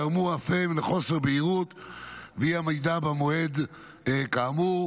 גרמו אף הם לחוסר בהירות ואי-עמידה במועד כאמור.